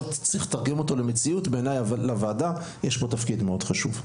צריכים לתרגם אותו למציאות ובעיניי לוועדה יש תפקיד מאוד חשוב.